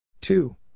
Two